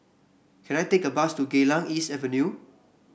can I take a bus to Geylang East Avenue